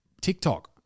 TikTok